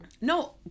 No